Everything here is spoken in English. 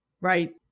Right